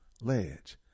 Ledge